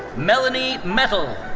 melanie metal.